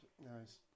Nice